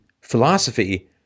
philosophy